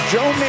Joe